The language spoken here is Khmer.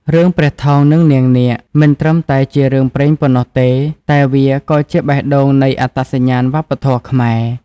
រឿងព្រះថោង និងនាងនាគ មិនត្រឹមតែជារឿងព្រេងប៉ុណ្ណោះទេ តែវាក៏ជាបេះដូងនៃអត្តសញ្ញាណវប្បធម៌ខ្មែរ។